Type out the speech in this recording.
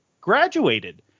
graduated